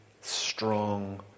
strong